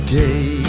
day